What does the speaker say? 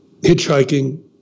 hitchhiking